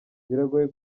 biragoye